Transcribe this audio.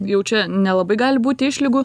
jau čia nelabai gali būti išlygų